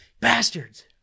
bastards